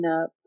up